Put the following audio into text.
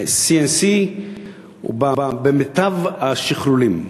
ב-CNC ובמיטב השכלולים.